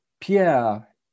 Pierre